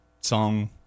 song